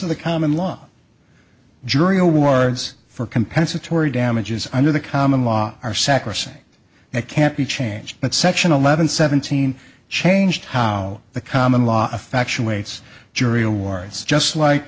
to the common law jury awards for compensatory damages under the common law are sacrosanct it can't be changed but section eleven seventeen changed how the common law a faction waits jury awards just like